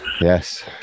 Yes